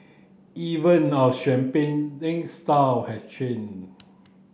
even our style has changed